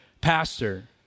pastor